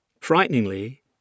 Frighteningly